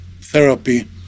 therapy